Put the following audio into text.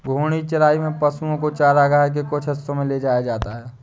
घूर्णी चराई में पशुओ को चरगाह के कुछ हिस्सों में ले जाया जाता है